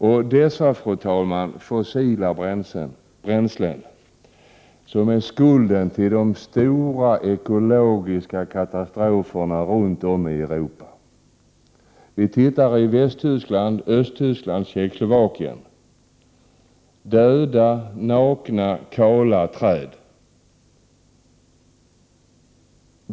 Det är dessa fossila bränslen, fru talman, som är skulden till de stora ekologiska katastroferna runt om i Europa. I Västtyskland, Östtyskland och Tjeckoslovakien är det fullt med nakna, kala, döda träd.